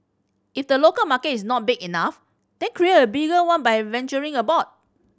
if the local market is not big enough then create a bigger one by venturing abroad